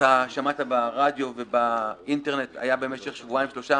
היה משך שבועיים-שלושה